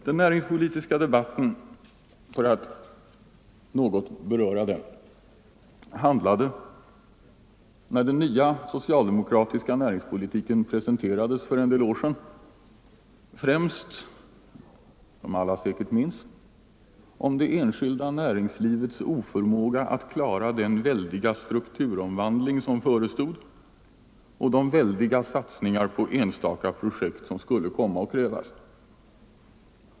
Den näringspolitiska debatten — för att något beröra den — handlade som alla minns, när den nya socialdemokratiska näringspolitiken presenterades för några år sedan, främst om det enskilda näringslivets oförmåga att klara den väldiga strukturomvandling som förestod och de väldiga satsningar på enstaka projekt som skulle komma att krävas.